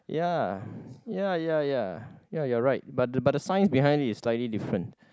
ya ya ya ya ya you're right but the but the science behind it is slightly different